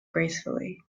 gracefully